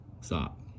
Stop